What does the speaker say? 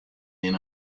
then